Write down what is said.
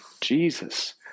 Jesus